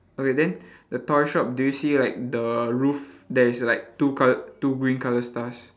okay then the toy shop do you see like the roof there is like two coloured two green colour stars